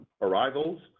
arrivals